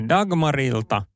Dagmarilta